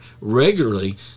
regularly